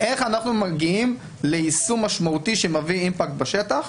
איך אנחנו מגיעים ליישום משמעותי שמביא אימפקט בשטח,